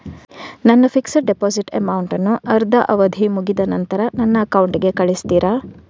ನನ್ನ fixed deposit amount ಅನ್ನು ಅದ್ರ ಅವಧಿ ಮುಗ್ದ ನಂತ್ರ ನನ್ನ ಅಕೌಂಟ್ ಗೆ ಕಳಿಸ್ತೀರಾ?